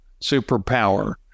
superpower